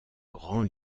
grands